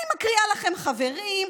אני מקריאה לכם, חברים.